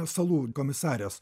salų komisarės